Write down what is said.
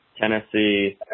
Tennessee